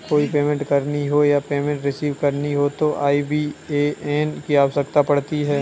कोई पेमेंट करनी हो या पेमेंट रिसीव करनी हो तो आई.बी.ए.एन की आवश्यकता पड़ती है